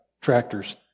tractors